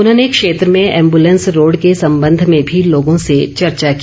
उन्होंने क्षेत्र में एम्बूलेंस रोड़ के संबंध में भी लोगों से चर्चा की